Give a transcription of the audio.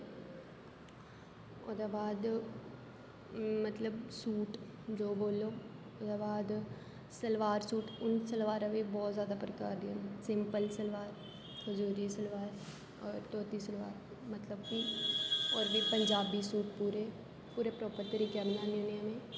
ओहदे बाद मतलब सूट जो बोल्लो ओहदे बाद सलवार सूट हून सलवारा बी बहूत ज्यादा प्रकार दियां ना सिंपल सलवार हजूरी सलवार और तोती सलवार मतलब कि और बी पजांवी सूट पूरे पूरे प्रापर तरिके दा मनानी होनी हां में